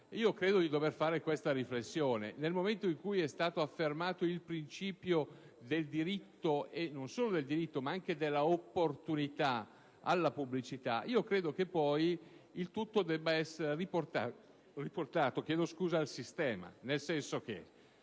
io credo di dover fare una riflessione: nel momento in cui è stato affermato il principio del diritto - e non solo del diritto, ma anche dell'opportunità - alla pubblicità, ritengo che poi il tutto debba essere riportato al sistema, nel senso che,